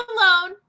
alone